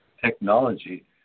technology